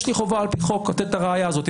יש לי חובה על פי חוק לתת את הראיה הזאת,